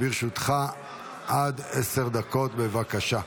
לרשותך עד עשר דקות, בבקשה.